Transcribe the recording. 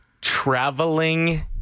Traveling